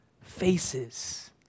faces